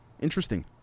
interesting